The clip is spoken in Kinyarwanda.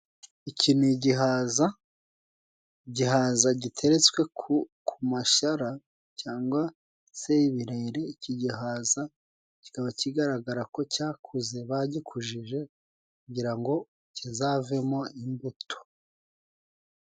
Iki ni igihaza. Igihaza giteretswe ku ku mashara cyangwa se ibirere, iki gihaza kikaba kigaragara ko cyakuze bagikuje kugira ngo kizavemo imbuto.